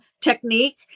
technique